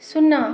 ଶୂନ